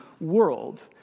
world